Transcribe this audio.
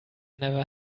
never